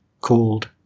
called